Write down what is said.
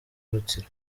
rutsiro